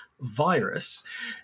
virus